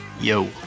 Yo